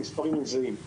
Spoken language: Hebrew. המספרים זהים.